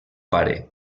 pare